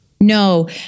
No